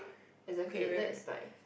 exactly that's like